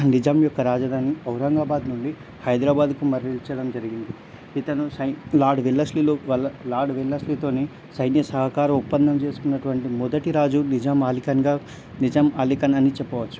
నిజాం యొక్క రాజధాని ఔరంగాబాద్ నుండి హైదరాబాదుకు మరల్చడం జరిగింది ఇతను సై లార్డ్ విల్లస్లీలో లార్డ్ విల్లస్లీతో సైన్య సహకారం ఒప్పందం చేసుకున్నటువంటి మొదటి రాజు నిజాం అలీ ఖాన్గా నిజాం అలీ ఖాన్ అని చెప్పవచ్చును